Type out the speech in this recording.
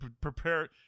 prepare